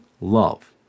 love